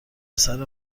پسر